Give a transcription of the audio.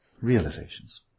realizations